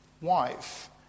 wife